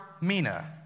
mina